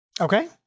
Okay